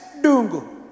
Dungu